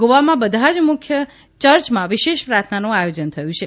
ગોવામાં બધા જ મુખ્ય ચર્ચમાં વિશેષ પ્રાર્થનાનું આયોજન થયું છે